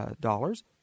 Dollars